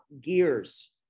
gears